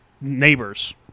neighbors